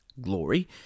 glory